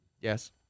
Yes